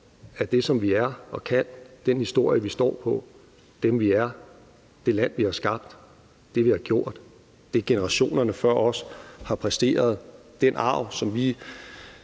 af det, som vi er og kan; den historie, vi står på; dem, vi er; det land, vi har skabt; det, vi har gjort; det, generationerne før os har præsteret; den arv, som vi